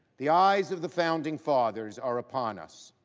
the eyes of the founding fathers are upon us.